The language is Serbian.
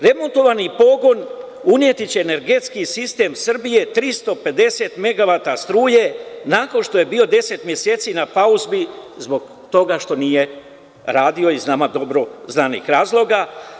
Remontovani pogon uneće u energetski sistem Srbije 350 megavata struje nakon što je bio deset meseci na puzi zbog toga štonije radio iz nama dobro znanih razloga.